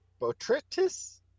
botrytis